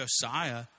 Josiah